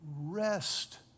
rest